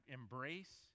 embrace